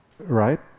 right